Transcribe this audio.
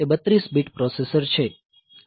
તે 32 bit processor છે